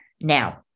Now